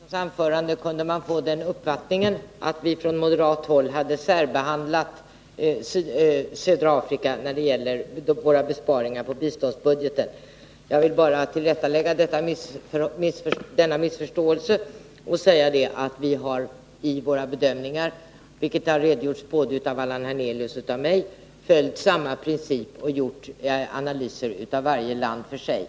Herr talman! Av Sture Ericsons anförande kan man få den uppfattningen att vi från moderat håll hade särbehandlat södra Afrika när det gäller våra besparingar på biståndsbudgeten. Jag vill bara tillrättalägga detta missförstånd och säga att vi i våra bedömningar — och för detta har redogjorts både av Allan Hernelius och av mig — har följt samma princip och gjort analyser av varje land för sig.